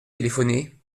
téléphoné